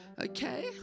Okay